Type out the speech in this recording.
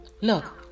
look